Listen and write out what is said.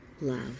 love